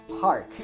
Park